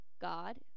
God